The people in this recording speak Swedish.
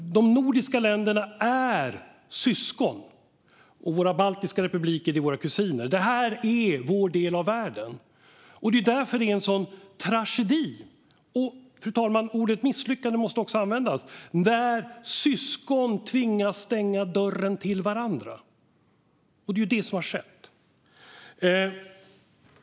De nordiska länderna är syskon, och våra baltiska republiker är våra kusiner. Det här är vår del av världen. Det är därför detta är en sådan tragedi. Och, fru talman, ordet misslyckande måste också användas när syskon tvingas stänga dörren till varandra. Det är det som har skett.